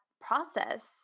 process